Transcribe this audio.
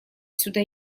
сюда